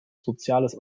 soziales